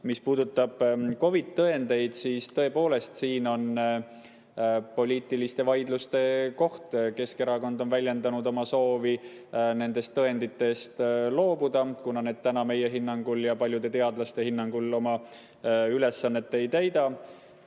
Mis puudutab COVID‑tõendeid, siis tõepoolest, siin on poliitiliste vaidluste koht. Keskerakond on väljendanud oma soovi nendest tõenditest loobuda, kuna need täna meie ja paljude teadlaste hinnangul oma ülesannet ei täida.